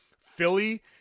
Philly